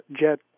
jet